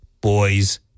boy's